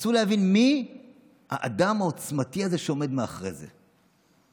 רצו להבין מי האדם העוצמתי הזה שעומד מאחורי זה.